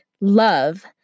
love